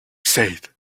said